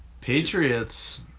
Patriots